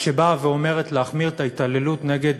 שבאה ואומרת: להחמיר את הענישה נגד